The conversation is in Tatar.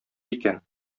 икән